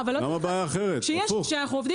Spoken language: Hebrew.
אנחנו סוקרים